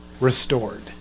Restored